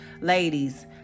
ladies